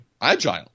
agile